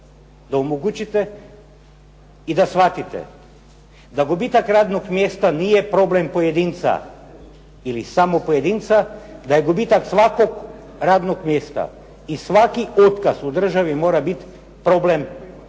da omogućite i da shvatite da gubitak radnog mjesta nije problem pojedinca ili samog pojedinca, da je gubitak svakog radnog mjesta i svaki otkaz u državi mora biti problem zajednice